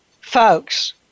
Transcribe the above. folks